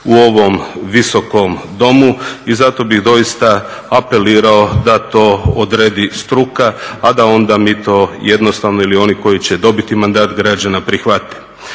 u ovom Visokom domu, i zato bi doista apelirao da to odredi struke, a da onda mi to jednostavno, ili oni koji će dobiti mandat građana prihvate.